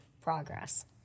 progress